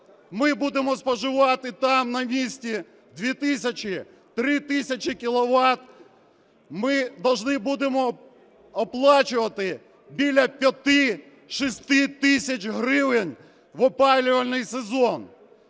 ми будемо споживати там, на місці, 2 тисячі, 3 тисячі кіловат, ми повинні будемо оплачувати біля 5-6 тисяч гривень в опалювальний сезон.